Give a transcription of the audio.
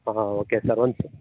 ಹಾಂ ಹಾಂ okay sir ಒಂದು